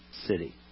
city